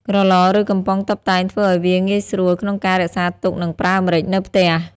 ក្រឡ ឬ កំប៉ុងតុបតែងធ្វើឱ្យវាងាយស្រួលក្នុងការរក្សាទុកនិងប្រើម្រេចនៅផ្ទះ។